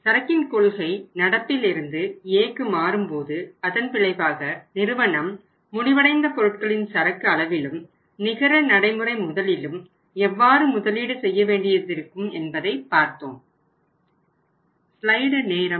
நாம் சரக்கின் கொள்கை நடப்பில் இருந்து Aக்கு மாறும் போது அதன் விளைவாக நிறுவனம் முடிவடைந்த பொருட்களின் சரக்கு அளவிலும் நிகர நடைமுறை முதலிலும் எவ்வளவு முதலீடு செய்ய வேண்டியதிருக்கும் என்பதை பார்த்தோம்